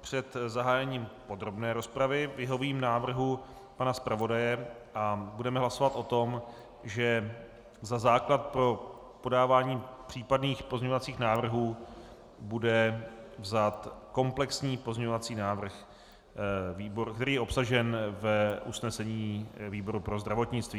před zahájením podrobné rozpravy vyhovím návrhu pana zpravodaje a budeme hlasovat o tom, že za základ pro podávání případných pozměňovacích návrhů bude vzat komplexní pozměňovací návrh výboru, který je obsažen v usnesení výboru pro zdravotnictví.